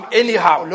anyhow